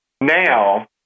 now